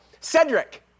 Cedric